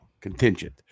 contingent